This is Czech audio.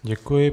Děkuji.